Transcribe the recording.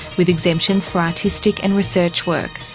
with exemptions for artistic and research work.